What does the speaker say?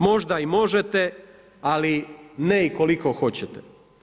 Možda i možete, ali ne i koliko hoćete.